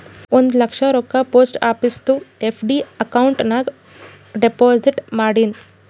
ಒಂದ್ ಲಕ್ಷ ರೊಕ್ಕಾ post ಆಫೀಸ್ದು FD account ನಾಗ್ deposit ಮಾಡಿನ್